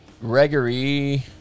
Gregory